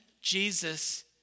Jesus